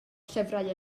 llyfrau